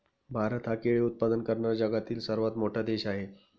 भारत हा केळी उत्पादन करणारा जगातील सर्वात मोठा देश आहे